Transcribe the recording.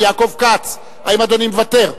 יעקב כץ, האם אדוני מוותר?